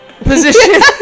position